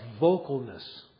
vocalness